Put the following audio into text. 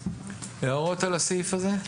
הערות על הסעיף הזה?